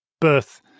birth